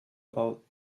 about